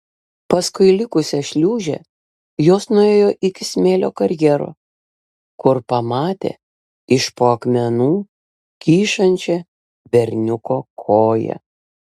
paskui likusią šliūžę jos nuėjo iki smėlio karjero kur pamatė iš po akmenų kyšančią berniuko koją